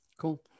Cool